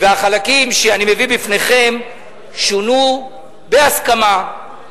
והחלקים שאני מביא בפניכם שונו בהסכמה,